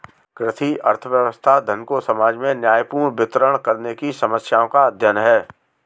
कृषि अर्थशास्त्र, धन को समाज में न्यायपूर्ण वितरण करने की समस्याओं का अध्ययन है